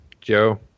Joe